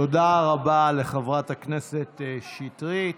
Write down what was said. תודה רבה לחברת הכנסת שטרית.